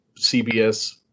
CBS